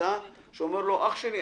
קבוצה אתה יכול להגיד לו "אח שלי,